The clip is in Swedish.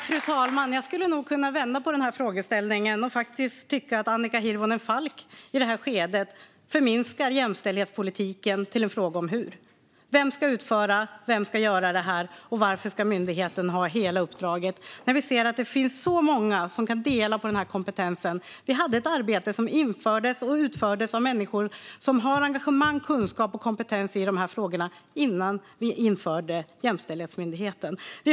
Fru talman! Jag skulle nog kunna vända på frågeställningen och faktiskt tycka att Annika Hirvonen Falk i detta skede förminskar jämställdhetspolitiken till en fråga om "hur". Vem ska utföra det, vem ska göra detta och varför ska myndigheten ha hela uppdraget? Vi ser att det finns många som kan dela på denna kompetens. Vi hade ett arbete som infördes och utfördes av människor som har engagemang, kunskap och kompetens i dessa frågor innan vi införde Jämställdhetsmyndigheten.